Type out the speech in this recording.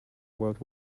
world